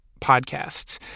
podcasts